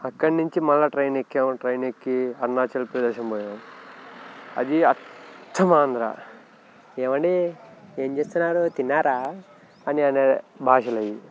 అక్కడి నుంచి మళ్ళా ట్రైన్ ఎక్కాం ట్రైన్ ఎక్కి అరుణాచల్ప్రదేశం పోయాం అది అచ్చం ఆంధ్ర ఏమండీ ఏం చేస్తున్నారు తిన్నారా అని అనే భాషలవి